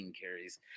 carries